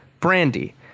Brandy